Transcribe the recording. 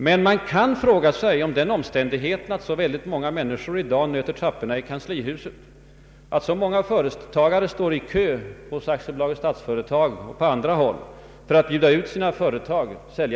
Man kan emellertid fråga sig om den omständigheten att så många företagare i dag nöter trapporna i kanslihuset eller står i kö hos AB Statsföretag och på andra håll för att bjuda ut